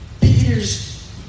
Peter's